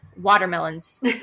Watermelons